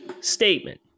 statement